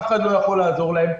אף אחד לא יכול לעזור להם.